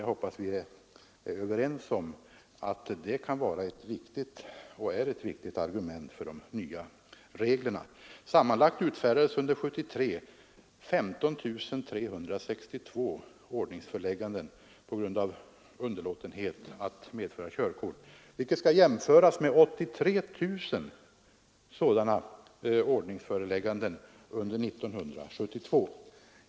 Jag hoppas att vi är överens om att det kan vara ett riktigt argument för de nya reglerna. Sammanlagt utfärdades under år 1973 15 362 ordningsförelägganden på grund av underlåtenhet att medföra körkort, vilket skall jämföras med 83 000 sådana ordningsförelägganden under 1972.